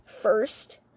First